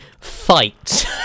fight